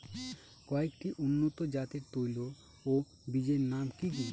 কয়েকটি উন্নত জাতের তৈল ও বীজের নাম কি কি?